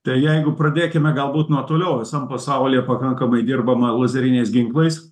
tai jeigu pradėkime galbūt nuo toliau visam pasaulyje pakankamai dirbama lazeriniais ginklais